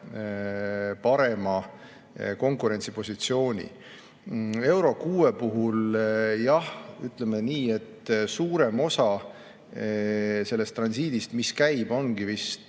parema konkurentsipositsiooni. Euro 6 puhul, jah, ütleme nii, suurem osa sellest transiidist, mis käib, ongi vist